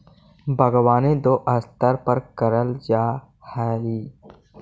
बागवानी दो स्तर पर करल जा हई